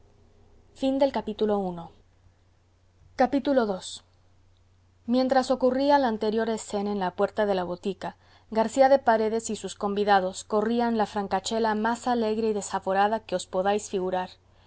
parricidio ii mientras ocurría la anterior escena en la puerta de la botica garcía de paredes y sus convidados corrían la francachela más alegre y desaforada que os podáis figurar